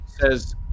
says